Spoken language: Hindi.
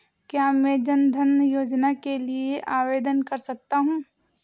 क्या मैं जन धन योजना के लिए आवेदन कर सकता हूँ?